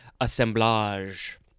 assemblage